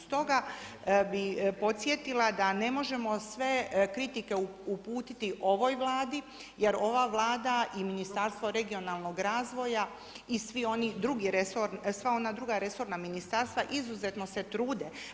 Stoga bi podsjetila da ne možemo sve kritike uputiti ovoj Vladi jer ova Vlada i Ministarstvo regionalnog razvoja i sva ona druga resorna ministarstva izuzetno se trude.